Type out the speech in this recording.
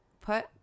put